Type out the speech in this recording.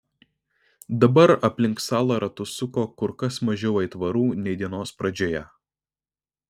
dabar aplink salą ratus suko kur kas mažiau aitvarų nei dienos pradžioje